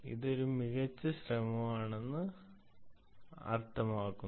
ഇത് ഒരു മികച്ച ശ്രമമാണെന്ന് അർത്ഥമാക്കുന്നു